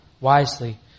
wisely